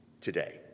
today